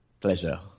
Pleasure